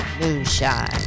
moonshine